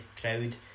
crowd